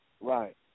Right